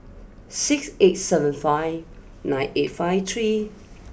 six eight seven five nine eight five three